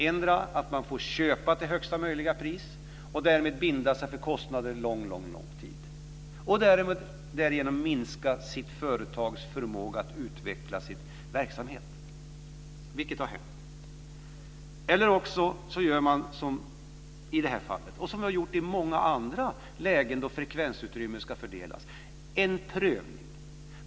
Endera att man får köpa till högsta möjliga pris och därmed binda sig för kostnader en mycket lång tid och därigenom minska sitt företags förmåga att utveckla sin verksamhet, vilket har hänt. Eller också gör man som i det här fallet och som vi har gjort i många andra lägen då frekvensutrymme ska fördelas, en prövning.